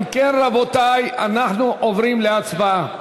אם כן, רבותי, אנחנו עוברים להצבעה.